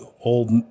old